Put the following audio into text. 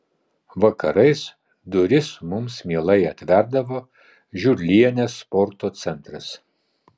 vakarais duris mums mielai atverdavo žiurlienės sporto centras